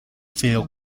fail